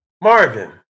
Marvin